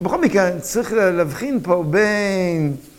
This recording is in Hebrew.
בכל מקרה צריך להבחין פה בין...